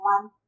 one